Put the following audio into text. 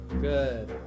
good